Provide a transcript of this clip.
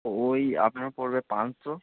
ওই আপনার পড়বে পাঁচশো